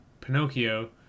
Pinocchio